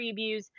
previews